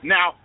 Now